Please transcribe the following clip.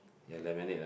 ya lemonade ah